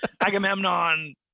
agamemnon